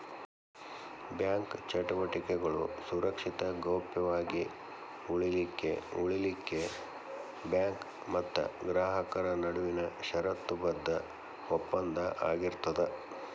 bank ಚಟುವಟಿಕೆಗಳು ಸುರಕ್ಷಿತ ಗೌಪ್ಯ ವಾಗಿ ಉಳಿಲಿಖೆಉಳಿಲಿಕ್ಕೆ ಬ್ಯಾಂಕ್ ಮತ್ತ ಗ್ರಾಹಕರ ನಡುವಿನ ಷರತ್ತುಬದ್ಧ ಒಪ್ಪಂದ ಆಗಿರ್ತದ